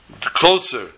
closer